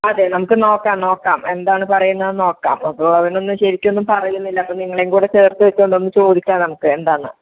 അതെ നമുക്ക് നോക്കാം നോക്കാം എന്താണ് പറയുന്നത് നോക്കാം അപ്പോൾ അവൻ ഒന്ന് ശരിക്ക് ഒന്നും പറയുന്നില്ല അപ്പോൾ നിങ്ങളേയും കൂടെ ചേർത്ത് വെച്ചുകൊണ്ട് ഒന്ന് ചോദിക്കാം നമുക്ക് എന്താണെന്ന്